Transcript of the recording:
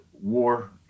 War